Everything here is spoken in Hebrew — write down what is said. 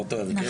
באותו הרכב,